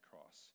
cross